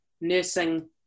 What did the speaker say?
nursing